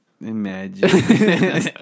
imagine